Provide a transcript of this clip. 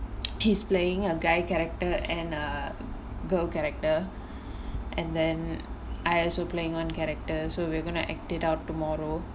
he's playing a guy character and err girl character and then I also playing one character so we're gonna act it out tomorrow